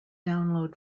download